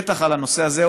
בטח על הנושא הזה,